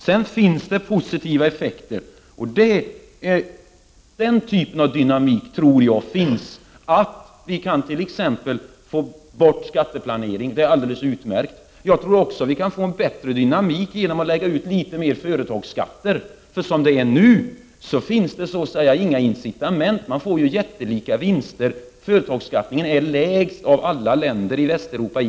Det finns också positiva effekter av skattereformen. Vi kan t.ex. få bort skatteplaneringen, och det är utmärkt. Jag tror också att vi kan få en bättre dynamik genom att lägga ut mer företagsskatter. Som det är nu finns det inga incitament för det. Företagen gör jättestora vinster. Företagsbeskattningen i Sverige är lägst i hela Västeuropa.